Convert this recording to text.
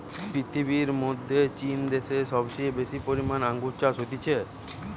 পৃথিবীর মধ্যে চীন দ্যাশে সবচেয়ে বেশি পরিমানে আঙ্গুর চাষ হতিছে